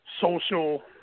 social